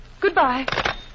Goodbye